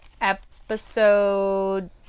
episode